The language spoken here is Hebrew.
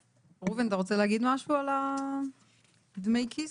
ראובן, אתה רוצה להגיד משהו על דמי הכיס?